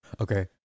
Okay